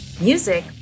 Music